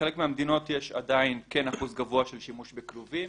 בחלק מהמדינות יש עדיין אחוז גבוה של שימוש בכלובים